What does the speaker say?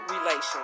relations